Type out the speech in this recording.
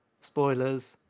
Spoilers